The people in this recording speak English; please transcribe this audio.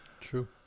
True